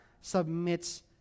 submits